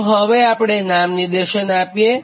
તો હવે આપણે નામનિર્દેશ આપીએ